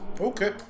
Okay